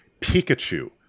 Pikachu